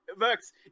works